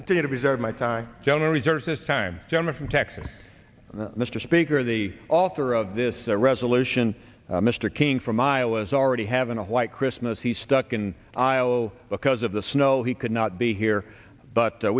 continue to reserve my time general george this time german from texas mr speaker the author of this resolution mr king from iowa is already having a white christmas he's stuck in aisle because of the snow he could not be here but